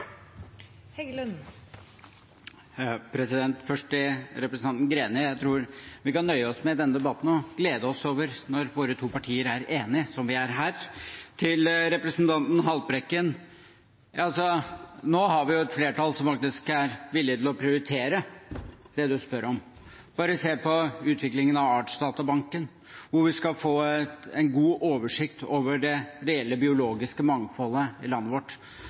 Først til representanten Greni: Jeg tror vi i denne debatten kan nøye oss med å glede oss over at våre to partier er enige, som vi er her. Til representanten Haltbrekken: Nå har vi et flertall som faktisk er villig til å prioritere det han spør om, bare se på utviklingen av artsdatabanken, hvor vi skal få en god oversikt over det reelle biologiske mangfoldet i landet vårt.